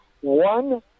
one